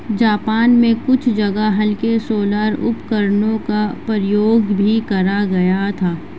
Japan में कुछ जगह हल्के सोलर उपकरणों का प्रयोग भी करा गया था